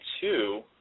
two